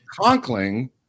Conkling